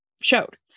showed